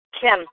Kim